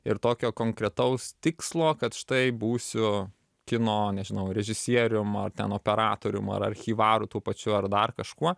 ir tokio konkretaus tikslo kad štai būsiu kino nežinau režisierium ar ten operatorium ar archyvaru tu pačiu ar dar kažkuo